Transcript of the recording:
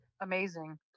amazing